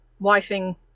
wifing